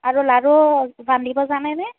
আৰু লাৰু বান্ধিব জানেনে